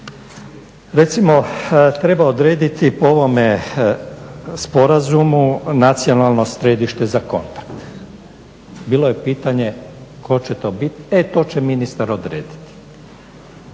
Recimo treba odrediti po ovome sporazumu nacionalno središte za kontakt. Bilo je pitanje tko će to biti, e to će ministar odrediti.